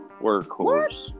Workhorse